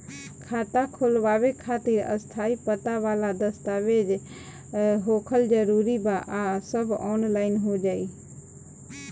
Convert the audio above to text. खाता खोलवावे खातिर स्थायी पता वाला दस्तावेज़ होखल जरूरी बा आ सब ऑनलाइन हो जाई?